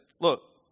look